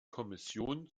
kommission